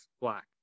black